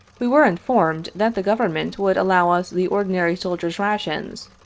we were informed that the govern ment would allow us the ordinary soldiers' rations,